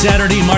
Saturday